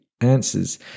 answers